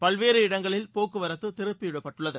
பல்வேறு இடங்களில் போக்குவரத்து திருப்பிவிடப்பட்டுள்ளது